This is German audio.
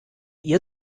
ihr